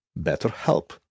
BetterHelp